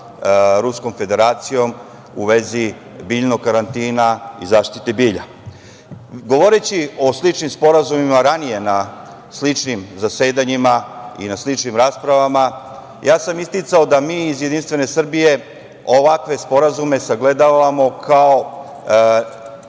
Ruskom Federacijom u vezi biljnog karantina i zaštiti bilja. Govoreći o sličnim sporazumima ranije na sličnim zasedanjima i na sličnim raspravama, ja sam isticao da mi iz JS ovakve sporazume sagledavamo kao